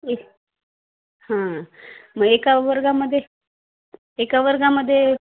ए हां मग एका वर्गामध्ये एका वर्गामध्ये